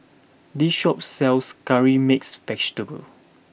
this shop sells Curry Mixed Vegetable